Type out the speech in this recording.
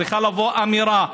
צריכה לבוא אמירה ברורה: